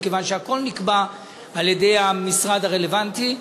מכיוון שהכול נקבע על-ידי המשרד הרלוונטי.